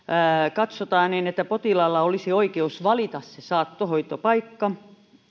katsotaan että potilaalla olisi oikeus valita se saattohoitopaikka